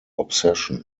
obsession